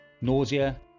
nausea